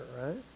right